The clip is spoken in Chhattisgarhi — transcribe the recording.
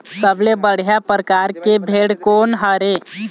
सबले बढ़िया परकार के भेड़ कोन हर ये?